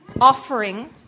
offering